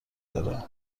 داره